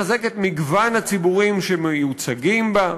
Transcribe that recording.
לחזק את מגוון הציבורים שמיוצגים בה,